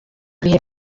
bihe